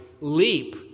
leap